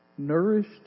nourished